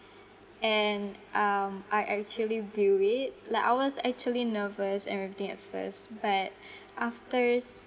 and uh um I actually do it like I was actually nervous and everything at first but afters